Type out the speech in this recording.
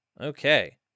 Okay